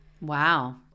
Wow